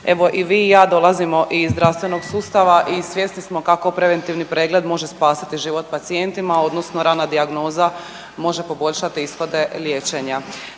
Evo i vi i ja dolazimo iz zdravstvenog sustava i svjesni smo kako preventivni pregled može spasiti život pacijentima, odnosno rana dijagnoza može poboljšati ishode liječenja.